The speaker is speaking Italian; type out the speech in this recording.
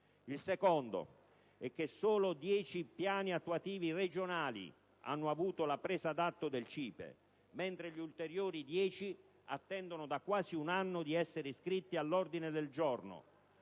Il secondo è che solo dieci piani attuativi regionali hanno avuto la presa d'atto del CIPE, mentre gli ulteriori dieci attendono da quasi un anno di essere iscritti all'ordine del giorno.